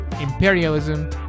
imperialism